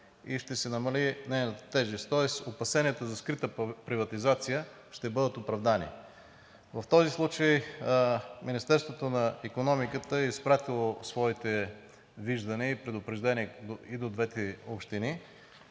и ще се намали нейната тежест. Тоест опасенията за скрита приватизация ще бъдат оправдани. В този случай Министерството на икономиката е изпратило своите виждания и предупреждения и до двете общини,